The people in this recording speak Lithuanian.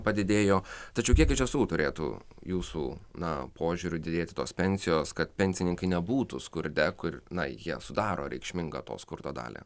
padidėjo tačiau kiek iš tiesų turėtų jūsų na požiūriu didėti tos pensijos kad pensininkai nebūtų skurde kur na jie sudaro reikšmingą to skurdo dalį